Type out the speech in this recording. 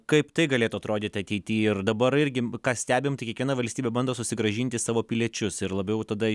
kaip tai galėtų atrodyt ateity ir dabar irgi ką stebim tai kiekviena valstybė bando susigrąžinti savo piliečius ir labiau tada